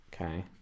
Okay